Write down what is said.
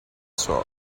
sword